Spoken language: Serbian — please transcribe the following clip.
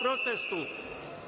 protestu.